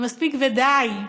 מספיק ודי.